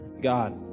God